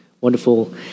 wonderful